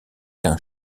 qu’un